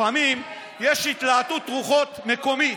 לפעמים יש התלהטות רוחות מקומית.